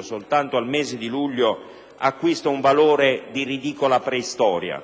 soltanto al mese di luglio, acquista un valore di ridicola preistoria;